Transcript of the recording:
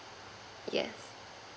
yes